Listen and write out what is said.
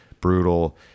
brutal